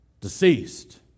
deceased